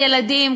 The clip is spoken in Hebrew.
הילדים,